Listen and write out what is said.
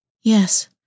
Yes